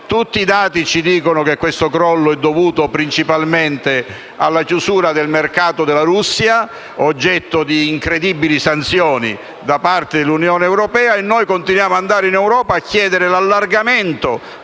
Tutti i dati ci dicono che questo crollo è dovuto principalmente alla chiusura del mercato della Russia, oggetto di incredibili sanzioni da parte dell'Unione europea, e noi continuiamo ad andare in Europa a chiedere l'allargamento